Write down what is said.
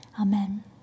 amen